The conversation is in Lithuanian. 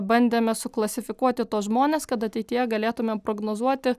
bandėme suklasifikuoti tuos žmones kad ateityje galėtumėm prognozuoti